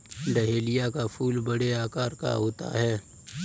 dahlia का फूल बड़े आकार का होता है